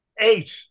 eight